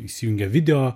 įsijungia video